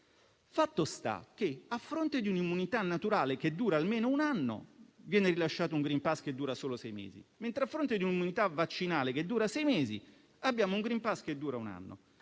Fatto sta che, a fronte di un'immunità naturale che dura almeno un anno, viene rilasciato un *green pass* che dura solo sei mesi, mentre, a fronte di un'immunità vaccinale che dura sei mesi, abbiamo un *green pass* che dura un anno.